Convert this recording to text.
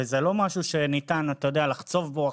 וזה לא משהו שניתן לחצוב בו.